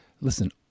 Listen